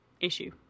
issue